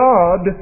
God